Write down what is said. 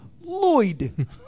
Lloyd